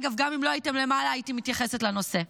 אגב, גם אם לא הייתם למעלה הייתי מתייחסת לנושא.